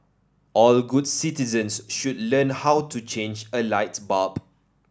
all good citizens should learn how to change a light bulb